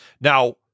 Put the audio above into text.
now